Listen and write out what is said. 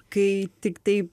kai tiktai